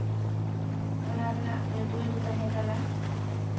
ᱚᱱᱟ ᱨᱮᱱᱟᱜ ᱧᱩᱛᱩᱢ ᱫᱚ ᱛᱟᱦᱮᱸ ᱠᱟᱱᱟ